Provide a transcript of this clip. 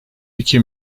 iki